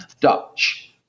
Dutch